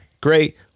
great